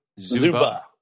Zuba